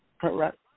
Correct